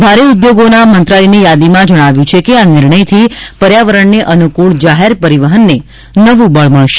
ભારે ઉદ્યોગોના મંત્રાલયની યાદીમાં જણાવ્યું છે કે આ નિર્ણયથી પર્યાવરણને અનુકૂળ જાહેર પરિવહનને નવું બળ મળશે